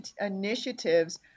initiatives